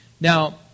Now